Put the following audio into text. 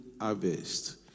harvest